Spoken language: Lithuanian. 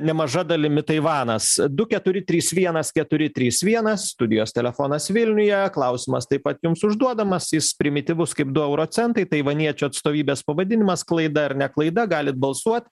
nemaža dalimi taivanas du keturi trys vienas keturi trys vienas studijos telefonas vilniuje klausimas taip pat jums užduodamas jis primityvus kaip du euro centai taivaniečių atstovybės pavadinimas klaida ar ne klaida galit balsuot